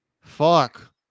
Fuck